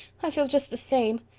i feel just the same.